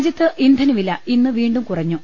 രാജ്യത്ത് ഇന്ധന വില ഇന്ന് വീണ്ടും കുറഞ്ഞു